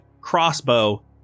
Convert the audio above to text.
crossbow